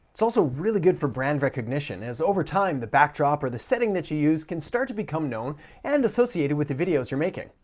it's also really good for brand recognition as over time the backdrop or the setting that you use can start to become known and associated with the videos you're making.